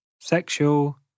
sexual